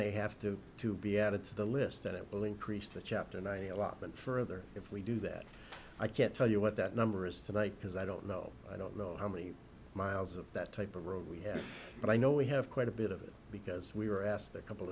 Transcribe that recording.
they have to to be added to the list that will increase the chapter nine eleven further if we do that i can't tell you what that number is tonight because i don't know i don't know how many miles of that type of road we have but i know we have quite a bit of it because we were asked a couple